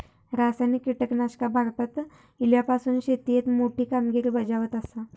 रासायनिक कीटकनाशका भारतात इल्यापासून शेतीएत मोठी कामगिरी बजावत आसा